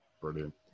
Brilliant